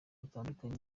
dutandukanye